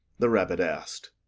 the rabbit asked.